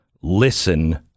listen